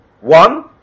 One